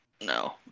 no